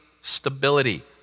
stability